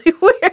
weird